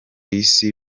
isi